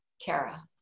Tara